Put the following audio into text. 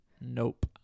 Nope